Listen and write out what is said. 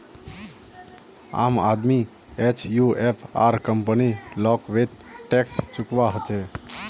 आम आदमी एचयूएफ आर कंपनी लाक वैल्थ टैक्स चुकौव्वा हछेक